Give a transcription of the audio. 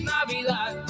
Navidad